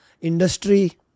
industry